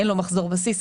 אין לו מחזור בסיס,